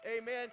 Amen